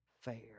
fair